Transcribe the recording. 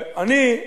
אני,